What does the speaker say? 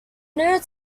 new